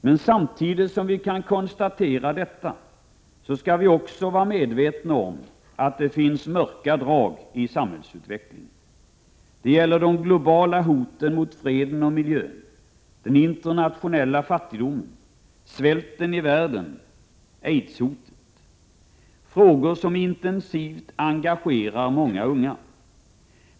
Men samtidigt som vi kan konstatera detta, skall vi vara medvetna om att det finns mörka drag i samhällsutvecklingen. Det gäller de globala hoten mot freden och miljön, den internationella fattigdomen, svälten i världen och aidshotet — frågor som intensivt engagerar många unga.